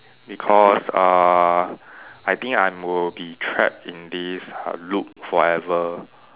because uh I think I'm will be trap in this uh loop forever